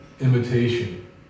imitation